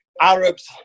Arabs